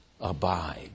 abide